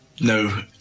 no